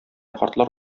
картлар